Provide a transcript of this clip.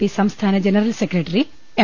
പിസംസ്ഥാന general secretary M